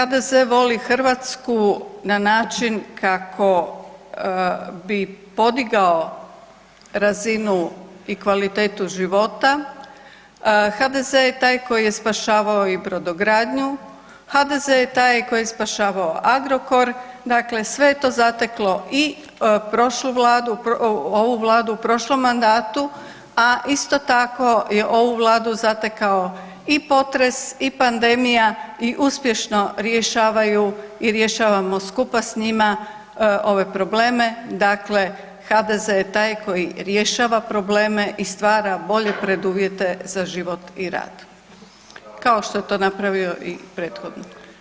Ne, HDZ voli Hrvatsku na način kako bi podigao razinu i kvalitetu života, HDZ je taj koji je spašavao i brodogradnju, HDZ je taj koji je spašavao „Agrokor“, dakle sve je to zateklo i prošlu vladu, ovu vladu u prošlom mandatu, a isto tako i ovu vladu je zatekao i potres i pandemija i uspješno rješavaju i rješavamo skupa s njima ove probleme, dakle HDZ je taj koji rješava probleme i stvara bolje preduvjete za život i rad, kao što je to napravio i prethodni.